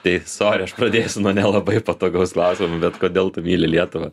tai sori aš pradėsiu nuo nelabai patogaus klausimo bet kodėl tu myli lietuvą